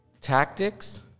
tactics